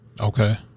Okay